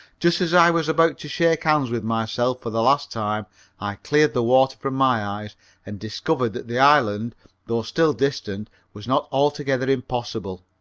just as i was about to shake hands with myself for the last time i cleared the water from my eyes and discovered that the island though still distant was not altogether impossible.